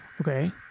okay